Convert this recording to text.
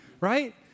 right